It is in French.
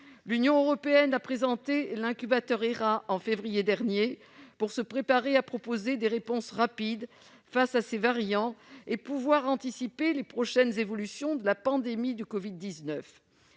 l'Union européenne a présenté l'incubateur HERA, pour se préparer à proposer des réponses rapides face à ces variants et pour anticiper les prochaines évolutions de la pandémie de covid-19.